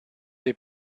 dei